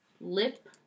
Lip